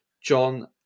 John